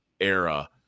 era